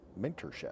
mentorship